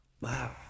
Wow